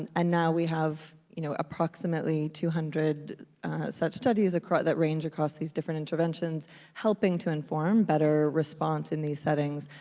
and and now we have you know approximately two hundred such studies that range across these different interventions helping to inform better response in these settings,